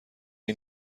این